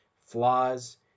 flaws